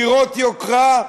דירות יוקרה,